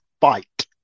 fight